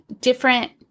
different